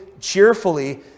cheerfully